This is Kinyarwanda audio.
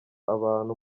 abantu